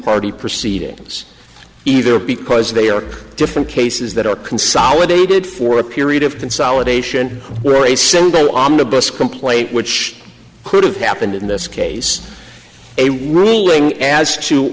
party proceedings either because they are different cases that are consolidated for a period of consolidation or a single omnibus complaint which could have happened in this case a ruling as